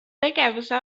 tegevuse